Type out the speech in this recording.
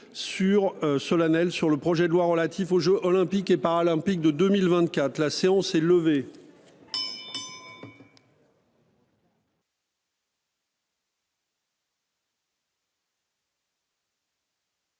Sur solennel sur le projet de loi relatif aux Jeux olympiques et paralympiques de 2024. La séance est levée.